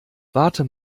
wartet